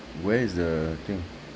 where is the thing